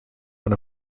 one